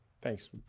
Thanks